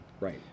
right